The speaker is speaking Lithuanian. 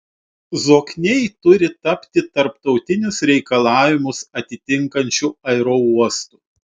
zokniai turi tapti tarptautinius reikalavimus atitinkančiu aerouostu